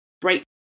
break